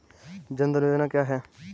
जनधन योजना क्या है?